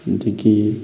ꯑꯗꯒꯤ